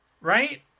right